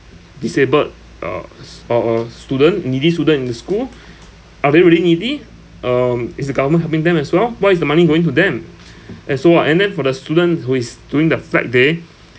disabled uh or or student needy student in the school are they really needy um is the government helping them as well why is the money going to them and so what and then for the student who is during the flag day